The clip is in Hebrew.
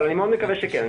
אבל אני מאוד מקווה שכן.